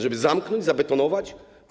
Żeby zamknąć, zabetonować?